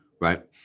right